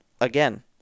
Again